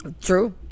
True